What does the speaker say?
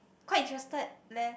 quite interested leh